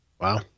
Wow